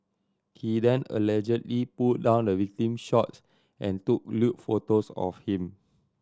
he then allegedly pulled down the victim's shorts and took lewd photos of him